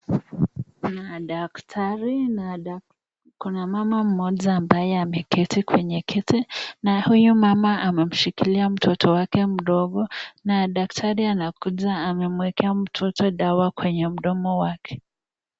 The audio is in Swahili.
Kuna daktari na daktari, kuna mama mmoja ambaye ameketi kwenye kiti na huyo mama amemshikilia mtoto wake mdogo, na daktari anakuja amemuekuea mtoto dawa kwenye mdomo wake.